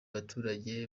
baturage